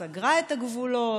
סגרה את הגבולות,